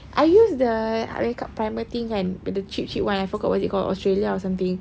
I use the ah makeup primer thing kan the cheap cheap [one] I forgot what is it called australia or something